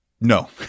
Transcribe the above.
no